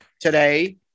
today